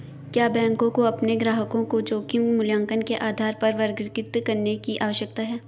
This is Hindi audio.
क्या बैंकों को अपने ग्राहकों को जोखिम मूल्यांकन के आधार पर वर्गीकृत करने की आवश्यकता है?